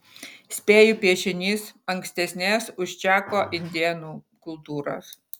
spėju piešinys ankstesnės už čako indėnų kultūros